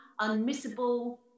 unmissable